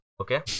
Okay